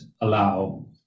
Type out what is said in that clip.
allow